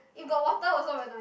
you got water also when I